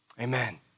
Amen